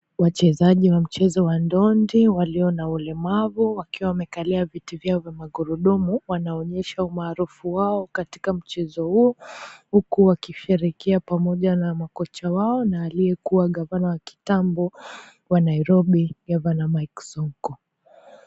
Wachezaji wa mchezo wa ndondi walio na ulemavu wakiwa wamekalia viti vya magurudumu wanaonyesha umaarufu wao katika mchezo huu huku wakisherehekea pamoja na makocha wao na aliyekuwa gavana wa kitambo wa Nairobi, gavana Mike Sonko.